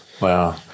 Wow